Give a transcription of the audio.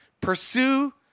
Pursue